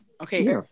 okay